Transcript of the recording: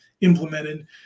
implemented